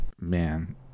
Man